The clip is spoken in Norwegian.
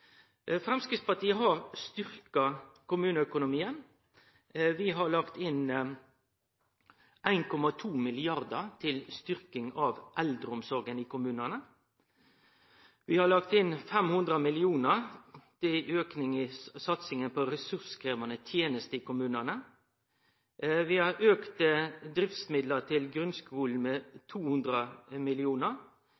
Framstegspartiet har styrkt kommuneøkonomien. Vi har lagt inn 1,2 mrd. kr til styrking av eldreomsorga i kommunane. Vi har lagt inn 500 mill. kr til auking i satsinga på ressurskrevjande tenester i kommunane. Vi har auka driftsmidlane til grunnskulen med